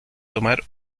tomar